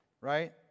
right